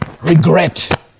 Regret